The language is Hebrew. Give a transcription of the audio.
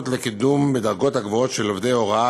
לקידום בדרגות הגבוהות של עובדי הוראה,